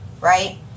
Right